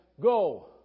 Go